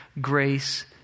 grace